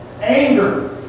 Anger